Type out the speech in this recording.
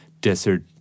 desert